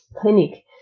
clinic